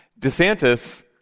DeSantis